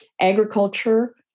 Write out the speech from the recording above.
Agriculture